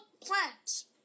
plants